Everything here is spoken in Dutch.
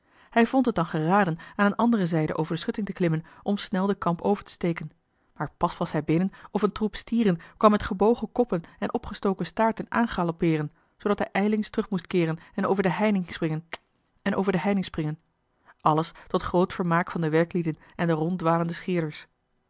hij vond het dan geraden aan eene andere zijde over de schutting te klimmen om snel den kamp over te steken maar pas was hij binnen of een troep stieren kwam met gebogen koppen en opgestoken staarten aangaloppeeren zoodat hij ijlings terug moest keeren en over de heining springen alles tot groot vermaak van de werklieden en de ronddwalende scheerders